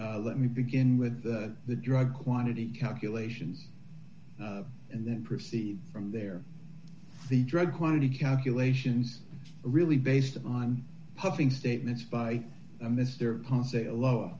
k let me begin with the drug quantity calculations and then proceed from there the drug quantity calculations really based on puffing statements by mr lowe